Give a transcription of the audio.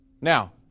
Now